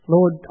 Lord